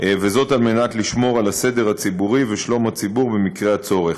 וזאת על מנת לשמור על הסדר הציבורי ועל שלום הציבור במקרה הצורך.